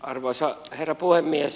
arvoisa herra puhemies